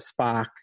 Spock